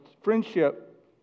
friendship